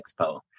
expo